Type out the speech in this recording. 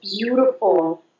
beautiful